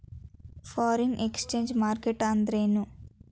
Foreign exchange market ಅಂದ್ರೇನು?